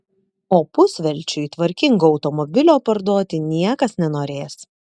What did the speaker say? o pusvelčiui tvarkingo automobilio parduoti niekas nenorės